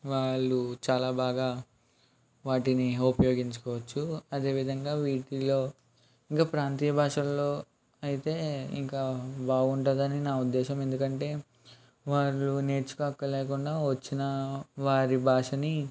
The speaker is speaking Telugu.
వాళ్ళు చాలా బాగా వాటిని ఉపయోగించుకోవచ్చు అదే విధంగా వీటిల్లో ఇంకా ప్రాంతీయ భాషల్లో అయితే ఇంకా బాగుంటుంది అని నా ఉద్దేశం ఎందుకంటే వాళ్ళు నేర్చుకోనక్కర్లేకుండా వచ్చిన వారి భాషని